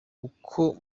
uko